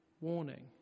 warning